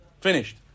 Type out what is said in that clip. Finished